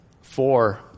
Four